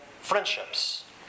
friendships